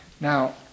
Now